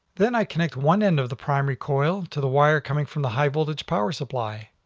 then i connect one end of the primary coil to the wire coming from the high voltage power supply.